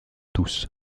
tous